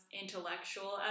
intellectual